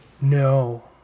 no